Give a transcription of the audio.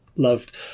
Loved